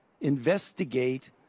investigate